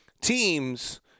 teams